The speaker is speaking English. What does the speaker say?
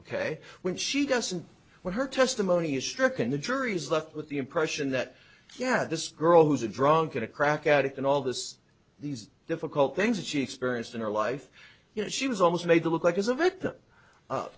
ok when she doesn't when her testimony is stricken the jury is left with the impression that yeah this girl who's a drunk at a crack addict and all this these difficult things that she experienced in her life you know she was almost made to look like as a victim